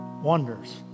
wonders